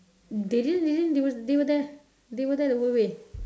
they didn't they didn't they were they were there they were there the whole way